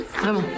Vraiment